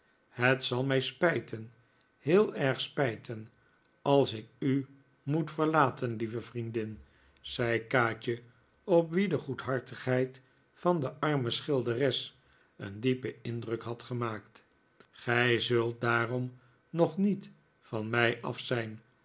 het zal mij spijten heel erg spijten als ik u moet verlaten lieve vriendin zei kaatje op wie de goedhartigheid van de arme schilderes een diepen indruk had gemaakt gij zult daarom nog niet van mij af zijn